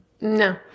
No